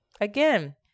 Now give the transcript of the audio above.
Again